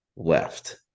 left